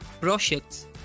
projects